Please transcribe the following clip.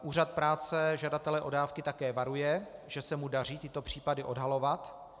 Úřad práce žadatele o dávky také varuje, že se mu daří tyto případy odhalovat.